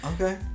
Okay